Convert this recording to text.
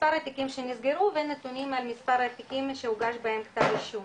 מספר התיקים שנסגרו ונתונים על מספר התיקים שהוגש בהם כתב אישום.